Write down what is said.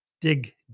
dig